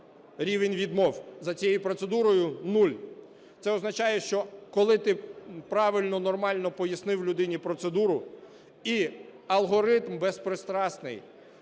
Рівень відмов за цією процедурою – нуль. Це означає, що коли ти правильно, нормально пояснив людині процедуру, і алгоритм безпристрасний